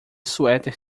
suéter